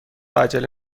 عجله